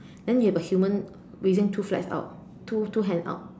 then you have a human raising two flags out two two hands out